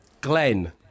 Glenn